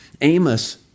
Amos